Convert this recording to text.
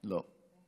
לא.